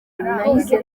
nahise